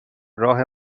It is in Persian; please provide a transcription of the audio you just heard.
راه